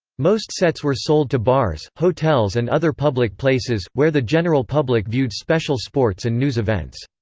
most sets were sold to bars, hotels and other public places, where the general public viewed special sports and news events.